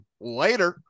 Later